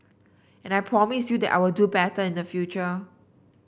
and I promise you that I will do better in the future